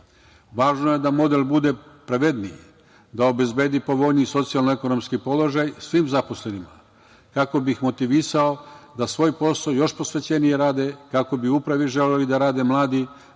Važno je da model bude pravedniji, da obezbedi povoljniji socijalno ekonomski položaj svim zaposlenima kako bi ih motivisao da svoj posao još posvećenije radi, kako bi u upravi želeli da rade mladi